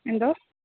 എന്തോ